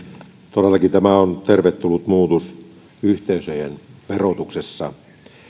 todellakin tämä on tervetullut muutos yhteisöjen verotuksessa